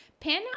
Pin